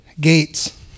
gates